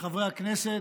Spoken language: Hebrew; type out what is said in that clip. חברי הכנסת,